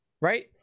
right